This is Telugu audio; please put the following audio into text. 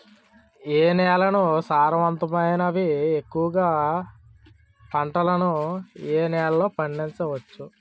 ఏ నేలలు సారవంతమైనవి? ఎక్కువ గా పంటలను ఏ నేలల్లో పండించ వచ్చు?